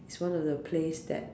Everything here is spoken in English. it's one of the place that